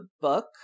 book